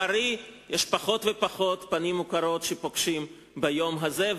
פחות ופחות פנים מוכרות שפוגשים ביום הזה,